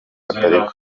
atari